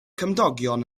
cymdogion